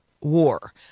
war